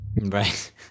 Right